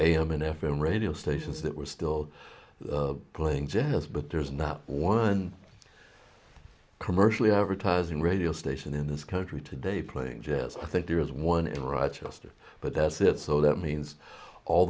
am and f m radio stations that were still playing jazz but there's not one commercially advertising radio station in this country today playing jazz i think there was one in rochester but that's it so that means all